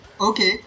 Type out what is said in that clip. okay